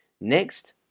Next